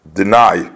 deny